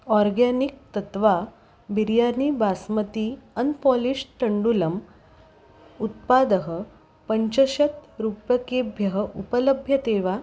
organic तत्वा biryani basmati unpolished टण्डुलम् उत्पादः पञ्चाशत् रूप्यकेभ्यः उपलभ्यते वा